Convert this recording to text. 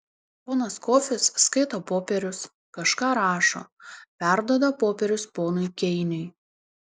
ponas kofis skaito popierius kažką rašo perduoda popierius ponui keiniui